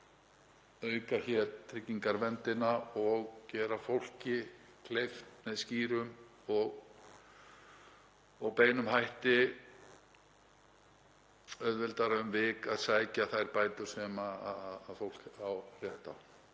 auka hér tryggingaverndina og gera fólki með skýrum og beinum hætti auðveldara um vik að sækja þær bætur sem fólk á rétt á.